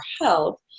health